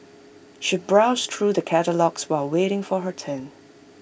she browsed through the catalogues while waiting for her turn